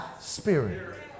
spirit